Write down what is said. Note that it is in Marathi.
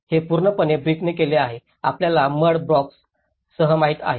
हे पूर्णपणे ब्रिकंनी केले आहे आपल्याला मड ब्लॉक्स सह माहित आहे